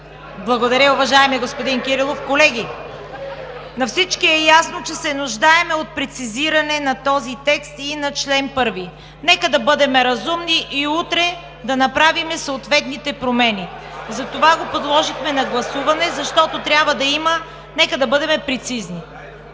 Благодаря, уважаеми господин Кирилов. Колеги, на всички е ясно, че се нуждаем от прецизиране на този текст и на чл. 1. Нека да бъдем разумни и утре да направим съответните промени. Затова го подложихме на гласуване, защото трябва да бъдем прецизни.